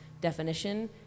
definition